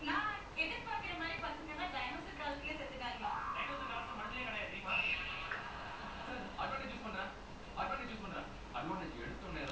the err what ah this how to okay lah honestly he he cannot grow taller also it's so hard to grow dollar also